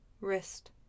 wrist